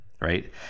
Right